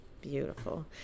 Beautiful